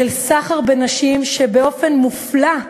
של סחר בנשים, שבאופן מופלא,